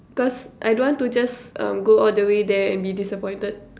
cause I don't want to just um go all the way there and be disappointed